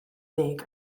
deg